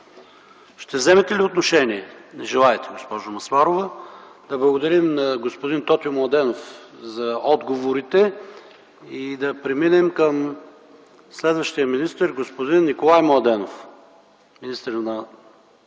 Ще вземете ли отношение? Не желаете, госпожо Масларова. Да благодарим на господин Тотю Младенов за отговорите. Преминаваме към следващия министър – господин Николай Младенов,